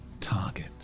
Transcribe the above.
target